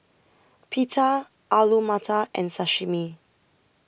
Pita Alu Matar and Sashimi